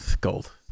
Gold